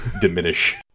diminish